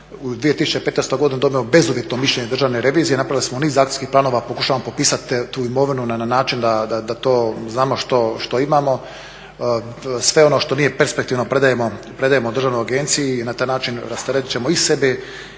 u 2015. godini dobijemo bezuvjetno mišljenje državne revizije, napravili smo niz akcijskih planova, pokušamo popisati tu imovinu na način da to znamo što imamo, sve ono što nije perspektivno predajemo državnoj agenciji i na taj način rasteretit ćemo i sebe